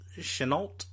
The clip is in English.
Chenault